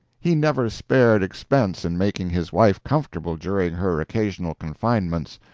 he never spared expense in making his wife comfortable during her occasional confinements.